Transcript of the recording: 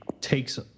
takes